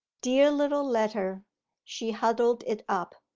dear little letter she huddled it up.